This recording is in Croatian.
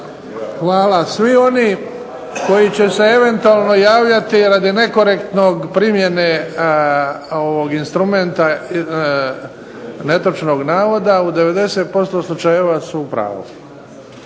Hvala. Svi oni koji će se eventualno javljati radi nekorektnog primjene ovog instrumenta netočnog navoda, u 90% slučajeva su u pravu.